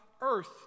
earth